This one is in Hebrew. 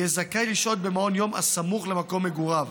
יהיה זכאי לשהות במעון יום הסמוך למקום מגוריו.